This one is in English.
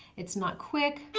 it's not quick.